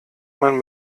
man